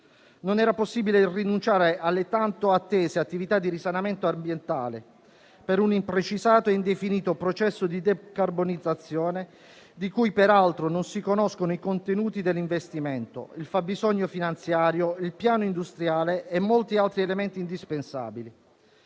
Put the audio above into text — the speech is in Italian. Non era possibile rinunciare alle tanto attese attività di risanamento ambientale per un imprecisato e indefinito processo di decarbonizzazione, di cui peraltro non si conoscono i contenuti dell'investimento, il fabbisogno finanziario, il piano industriale e molti altri elementi indispensabili.